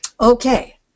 Okay